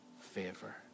favor